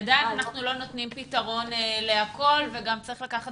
עדיין אנחנו נותנים פתרון לכל וגם צריך לקחת